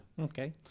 Okay